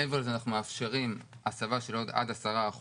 מעבר לזה אנחנו מאפשרים הסבה של עד 10%